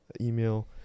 email